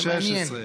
זה מעניין.